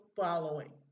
following